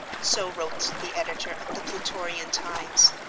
so wrote the editor of the plutorian times,